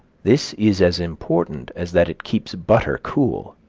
this is as important as that it keeps butter cool.